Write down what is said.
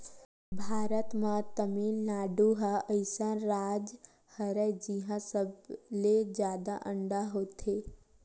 भारत म तमिलनाडु ह अइसन राज हरय जिंहा सबले जादा अंडा होथे